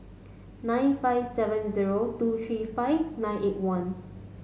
nine five seven zero two three five nine eight one